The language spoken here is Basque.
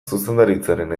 zuzendaritzaren